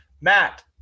Matt